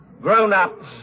grown-ups